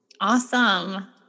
Awesome